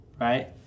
right